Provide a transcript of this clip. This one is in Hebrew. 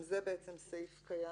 זה גם סעיף קיים.